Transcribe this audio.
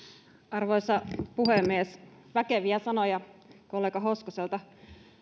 arvoisa puhemies väkeviä sanoja kollega hoskoselta